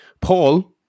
Paul